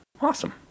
Awesome